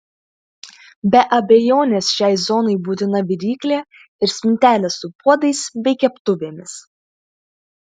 be abejonės šiai zonai būtina viryklė ir spintelė su puodais bei keptuvėmis